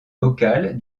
local